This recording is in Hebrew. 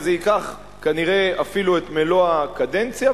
וזה ייקח כנראה אפילו את מלוא הקדנציה,